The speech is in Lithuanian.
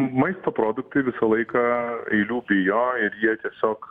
maisto produktai visą laiką eilių bijo ir jie tiesiog